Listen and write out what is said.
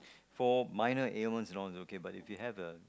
for minor ailments is okay but if you have the